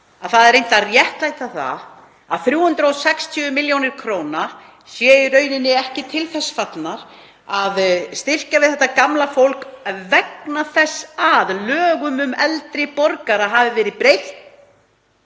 að reynt er að réttlæta það að 360 millj. kr. séu í rauninni ekki til þess fallnar að styrkja þetta gamla fólk vegna þess að lögum um eldri borgara hafi verið breytt